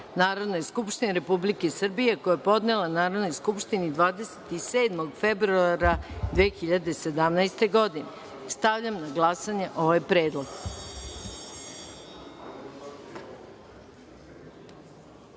Narodne skupštine Republike Srbije, koji je podnela Narodnoj skupštini 27. februara 2017. godine. Stavljam na glasanje ovaj predlog. Molim